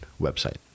website